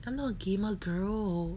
I'm not a gamer girl